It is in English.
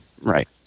Right